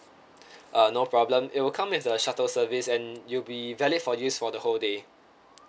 uh no problem it will come with the shuttle service and you'll be valid for use for the whole day